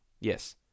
Yes